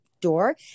door